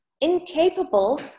incapable